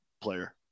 player